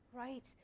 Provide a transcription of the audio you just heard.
Right